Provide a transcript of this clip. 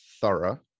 thorough